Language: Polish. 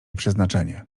przeznaczenie